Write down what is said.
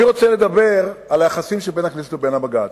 אני רוצה לדבר על היחסים שבין הכנסת ובין הבג"ץ.